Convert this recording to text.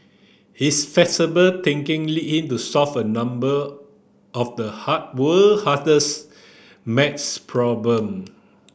his flexible thinking led him to solve a number of the hard world hardest math problem